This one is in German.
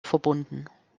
verbunden